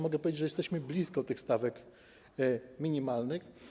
Mogę powiedzieć, że jesteśmy blisko tych stawek minimalnych.